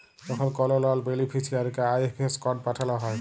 যখল কল লল বেলিফিসিয়ারিকে আই.এফ.এস কড পাঠাল হ্যয়